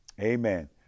amen